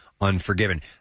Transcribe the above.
Unforgiven